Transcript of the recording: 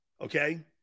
okay